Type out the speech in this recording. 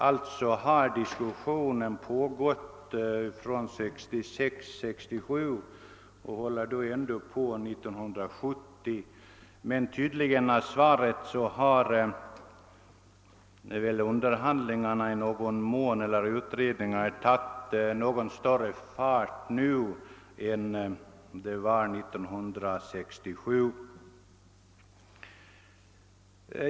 Ärendet har alltså diskuterats från år 1966 eller 1967 och diskuteras fortfarande 1970. Av svaret att döma har tydligen projekteringen nu fortskridit längre än 1967.